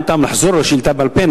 אין טעם לחזור על השאילתא בעל-פה.